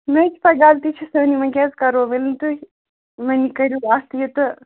مےٚ حظ چھِ پَے غلطی چھِ سٲنی وۄنۍ کیٛاہ حظ کَرو ؤنِو تُہۍ وۄنۍ کٔرِو اَتھ یہِ تہٕ